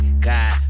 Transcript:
god